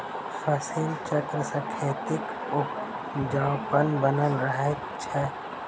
फसिल चक्र सॅ खेतक उपजाउपन बनल रहैत छै